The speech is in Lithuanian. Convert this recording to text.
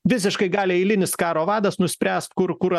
visiškai gali eilinis karo vadas nuspręst kur kur